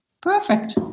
Perfect